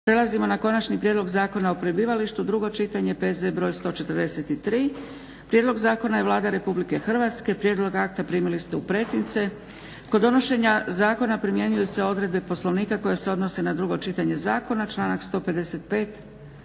Prelazimo na - Konačni prijedlog zakona o prebivalištu, drugo čitanje, PZ br. 143 Predlagatelj zakona je Vlada Republike Hrvatske. Prijedlog akta primili ste u pretince. Kod donošenja zakona primjenjuju se odredbe Poslovnika koje se odnose na drugo čitanje zakona, članci 155.